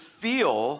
feel